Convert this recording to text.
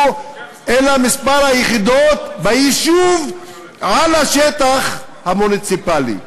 אלא מספר היחידות ביישוב על השטח המוניציפלי.